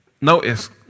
Notice